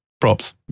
props